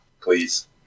please